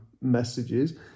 messages